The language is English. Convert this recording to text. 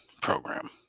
program